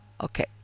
Okay